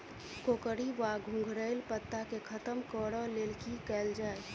कोकरी वा घुंघरैल पत्ता केँ खत्म कऽर लेल की कैल जाय?